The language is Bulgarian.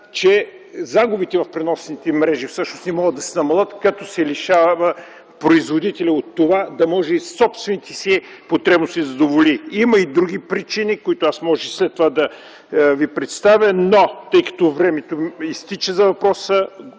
че загубите в преносните мрежи всъщност не могат да се намалят като се лишава производителят от това да може и собствените си потребности да задоволи. Има и други причини, които мога след това да представя, но тъй като времето ми за въпроса